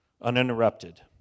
Uninterrupted